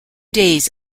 days